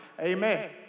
Amen